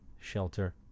shelter